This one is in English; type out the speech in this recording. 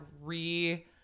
re